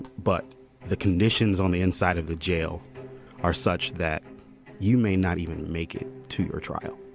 but the conditions on the inside of the jail are such that you may not even make it to your trial.